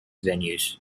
venues